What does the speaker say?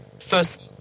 first